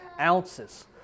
ounces